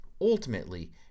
Ultimately